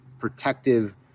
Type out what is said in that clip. protective